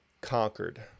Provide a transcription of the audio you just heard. conquered